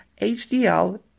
HDL